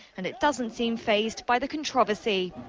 and it doesn't seem fazed by the controversy.